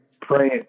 praying